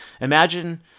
Imagine